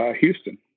Houston